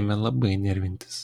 ėmė labai nervintis